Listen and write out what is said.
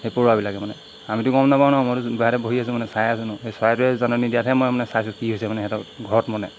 সেই পৰুৱাবিলাকে মানে আমিতো গম নাপাওঁ ন মইতো বাহিৰতে বহি আছোঁ মানে চাই আছোঁ সেই চৰাইটোৱে জাননী দিয়াতহে মই মানে চাইছোঁ কি হৈছে মানে সিহঁতৰ ঘৰত মানে